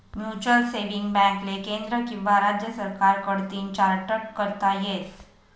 mutual saving बॅकले केंद्र किंवा राज्य सरकार कडतीन चार्टट करता येस